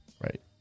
Right